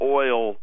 oil